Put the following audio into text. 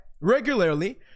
Regularly